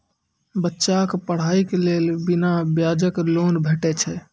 बच्चाक पढ़ाईक लेल बिना ब्याजक लोन भेटै छै?